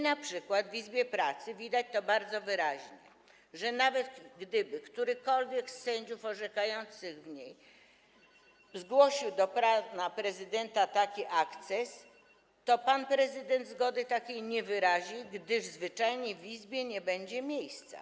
Na przykład w izbie pracy widać to bardzo wyraźnie, że nawet gdyby którykolwiek z sędziów orzekających w niej zgłosił do pana prezydenta taki akces, to pan prezydent zgody takiej nie wyrazi, gdyż zwyczajnie w izbie nie będzie na to miejsca.